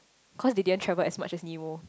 cause they didn't travel as much as Nemo